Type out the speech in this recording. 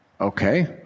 Okay